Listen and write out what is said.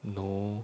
no